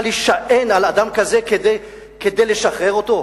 להישען על אדם כזה כדי לשחרר אותו?